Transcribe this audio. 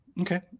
Okay